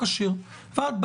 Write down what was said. -- ולדאוג